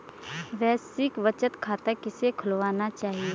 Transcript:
Basic बचत खाता किसे खुलवाना चाहिए?